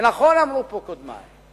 ונכון אמרו פה קודמי,